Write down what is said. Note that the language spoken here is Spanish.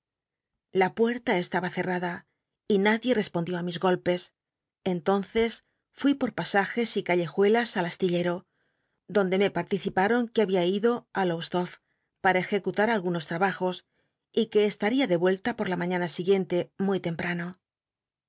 la puerla estaba ccr rada y nadie respondió i mis golpes entonces fui por pasajes y callejuelas al astillero donde me participaron que babia ido á lowcslofl para ejecutar algunos trabajos y que estaria de mella por la mañana siguien te muy tem